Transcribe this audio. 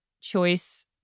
choice